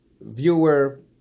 viewer